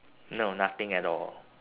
no nothing at all